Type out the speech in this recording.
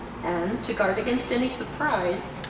and, to guard against any surprise,